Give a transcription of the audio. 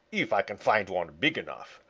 if i can find one big enough.